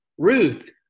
Ruth